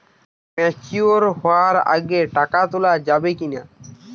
Mature হওয়ার আগে টাকা তোলা যাবে কিনা?